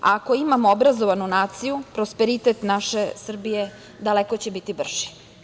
Ako imamo obrazovanu naciju, prosperitet naše Srbije daleko će biti brži.